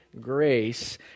grace